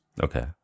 okay